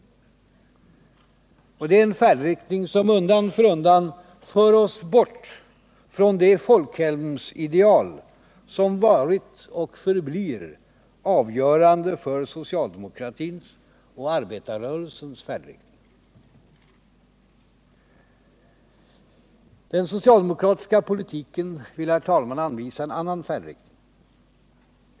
Det är en färdriktning som undan för undan för oss bort från det folkhemsideal som varit och förblir avgörande för socialdemokratins och arbetarrörelsens färdriktning. Den socialdemokratiska politiken vill, herr talman, anvisa en annan färdriktning.